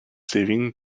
saving